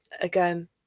Again